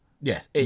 Yes